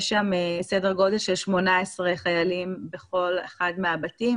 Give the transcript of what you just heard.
יש שם סדר גודל של 18 חיילים בכל אחד מהבתים,